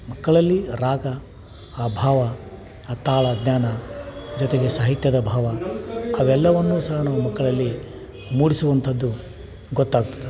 ಮಕ್ಕಳಲ್ಲಿ ರಾಗ ಆ ಭಾವ ಆ ತಾಳ ಜ್ಞಾನ ಜೊತೆಗೆ ಸಾಹಿತ್ಯದ ಭಾವ ಅವೆಲ್ಲವನ್ನೂ ಸಹ ನಾವು ಮಕ್ಕಳಲ್ಲಿ ಮೂಡಿಸುವಂಥದ್ದು ಗೊತ್ತಾಗ್ತದೆ